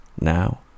Now